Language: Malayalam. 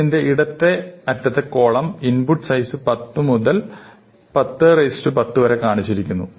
ഇതിൻറെ ഇടത്തെ അറ്റത്തെ കോളം ഇന്പുട്ട് സൈസ് 10 മുതൽ മുതൽ 10 10 വരെ കാണിച്ചിരിക്കുന്നു